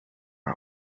are